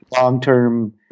long-term